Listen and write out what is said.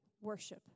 worship